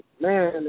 man